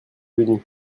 venu